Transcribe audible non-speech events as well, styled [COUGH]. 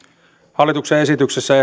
hallituksen esityksessä [UNINTELLIGIBLE]